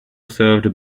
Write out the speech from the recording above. served